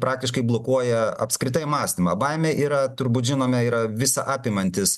praktiškai blokuoja apskritai mąstymą baimė yra turbūt žinome yra visa apimantis